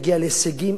איך הוא ירגיש שייך.